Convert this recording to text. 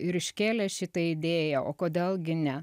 ir iškėlė šitą idėją o kodėl gi ne